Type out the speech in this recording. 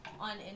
on